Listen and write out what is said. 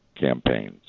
campaigns